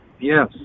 yes